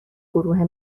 گروه